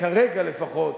כרגע לפחות,